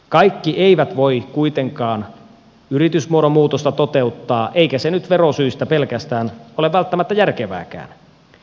kaikki eivät voi kuitenkaan yritysmuodon muutosta toteuttaa eikä se nyt pelkästään verosyistä ole välttämättä järkevääkään